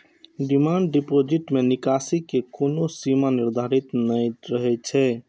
demand deposit मे निकासी के कोनो सीमा निर्धारित नै रहै छै